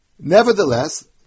nevertheless